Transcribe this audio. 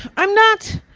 i'm not